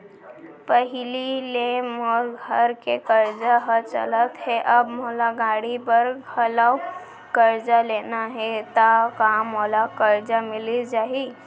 पहिली ले मोर घर के करजा ह चलत हे, अब मोला गाड़ी बर घलव करजा लेना हे ता का मोला करजा मिलिस जाही?